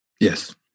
Yes